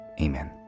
Amen